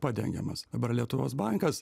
padengiamas dabar lietuvos bankas